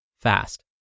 fast